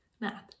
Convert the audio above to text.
math